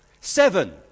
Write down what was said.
Seven